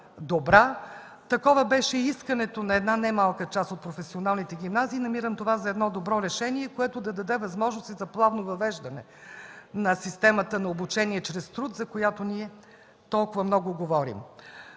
Такова беше и искането на една немалка част от професионалните гимназии. Намирам това за добро решение, което да даде възможност и за плавно въвеждане на системата на обучение чрез труд, за която толкова много говорим.